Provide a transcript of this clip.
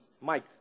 Mike